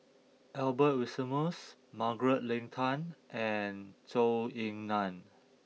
Albert Winsemius Margaret Leng Tan and Zhou Ying Nan